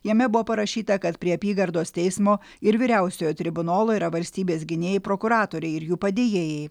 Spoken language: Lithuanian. jame buvo parašyta kad prie apygardos teismo ir vyriausiojo tribunolo yra valstybės gynėjai prokuratoriai ir jų padėjėjai